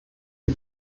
die